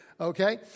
Okay